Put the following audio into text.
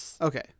Okay